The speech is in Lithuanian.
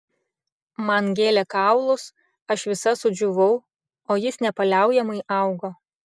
man gėlė kaulus aš visa sudžiūvau o jis nepaliaujamai augo